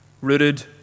rooted